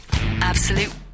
Absolute